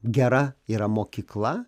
gera yra mokykla